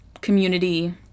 community